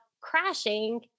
crashing